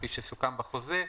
כפי שסוכם בחוזה,